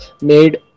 Made